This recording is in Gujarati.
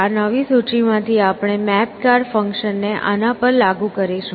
આ નવી સૂચિમાંથી આપણે મેપ કાર ફંક્શનને આના પર લાગુ કરીશું